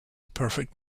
perfect